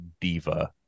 diva